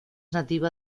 nativa